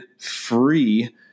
free